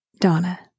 Donna